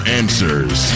answers